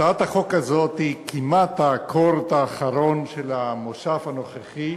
הצעת החוק הזו היא כמעט האקורד האחרון של המושב הנוכחי.